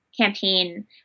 campaign